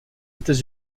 états